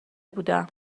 بودم